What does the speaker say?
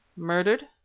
murdered?